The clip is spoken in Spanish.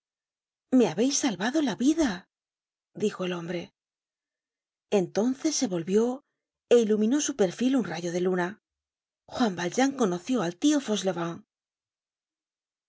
me habeis salvado la vida dijo el hombre entonces se volvió é iluminó su perfil un rayo de luna juan valjean conoció al tio